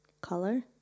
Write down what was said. color